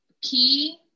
key